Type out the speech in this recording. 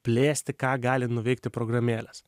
plėsti ką gali nuveikti programėlės